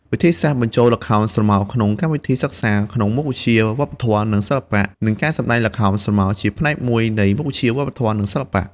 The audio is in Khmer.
វិធីសាស្រ្តបញ្ចូលល្ខោនស្រមោលក្នុងកម្មវិធីសិក្សាក្នុងមុខវិជ្ជាវប្បធម៌ និងសិល្បៈ និងការសម្តែងល្ខោនស្រមោលជាផ្នែកមួយនៃមុខវិជ្ជាវប្បធម៌ និងសិល្បៈ។